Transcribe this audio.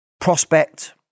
prospect